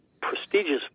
prestigious